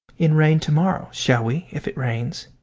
in rain to-morrow, shall we, if it rains?